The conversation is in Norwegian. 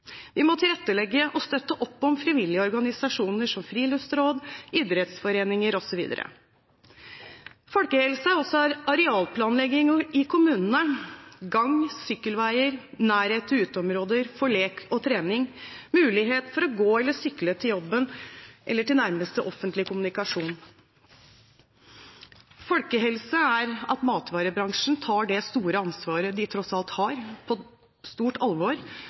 Vi må tilrettelegge for og støtte opp om frivillige organisasjoner som friluftsråd, idrettsforeninger osv. Folkehelse er også arealplanlegging i kommunene: gang- og sykkelveier, nærhet til uteområder for lek og trening, mulighet for å gå eller sykle til jobben eller til nærmeste offentlige kommunikasjonsmiddel. Folkehelse er at matvarebransjen tar det store ansvaret de tross alt har, på stort alvor,